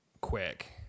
quick